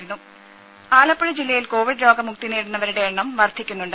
രുമ ആലപ്പുഴ ജില്ലയിൽ കോവിഡ് രോഗ മുക്തി നേടുന്നവരുടെ എണ്ണം വർദ്ധിക്കുന്നുണ്ട്